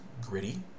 gritty